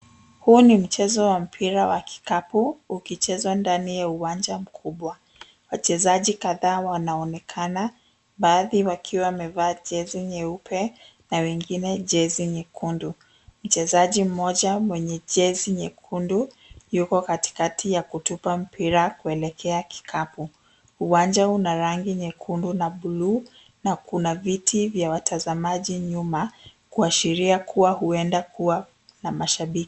Huu ni mchezo wa mpira wa kikapu ukichezwa ndani ya uwanja mkubwa. Wachezaji kadhaa wanaonekana, baadhi wakiwa wamevaa jezi nyeupe na wengine jezi nyekundu. Mchezaji mmoja mwenye jezi nyekundu yuko katikati ya kutupa mpira kuelekea kikapu. Uwanja una rangi nyekundu na blue na kuna viti vya watazamaji nyuma kuashiria kuwa huenda kuwa na mashabiki.